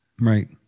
Right